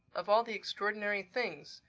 of all the extraordinary things!